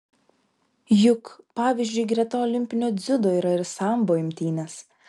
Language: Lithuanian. juk pavyzdžiui greta olimpinio dziudo yra ir sambo imtynės